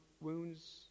wounds